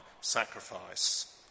sacrifice